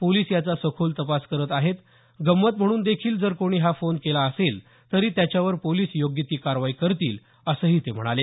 police याचा सखोल तपास करत आहेत गंमत म्हणून देखील जर कोणी हा फोन केला असेल तरी त्याच्यावर पोलिस योग्य ती कारवाई करतील असंही ते म्हणाले